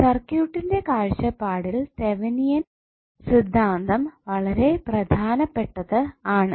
സർക്യൂട്ടിന്റെ കാഴ്ചപ്പാടിൽ തെവെനിൻ സിദ്ധാന്തം വളരെ പ്രധാനപ്പെട്ടത് ആണ്